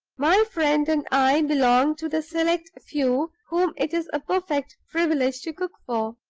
my friend and i belong to the select few whom it's a perfect privilege to cook for.